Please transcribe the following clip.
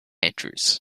andrews